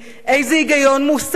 איזה היגיון מוסרי?